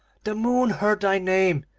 the moon heard thy name,